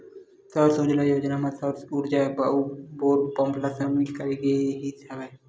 सौर सूजला योजना म सौर उरजा अउ बोर पंप ल सामिल करे गिस हवय